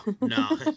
no